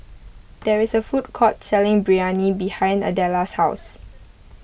there is a food court selling Biryani behind Adella's house